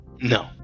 No